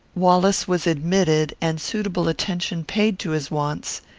wallace was admitted, and suitable attention paid to his wants.